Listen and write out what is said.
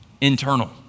internal